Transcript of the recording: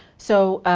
so,